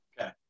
Okay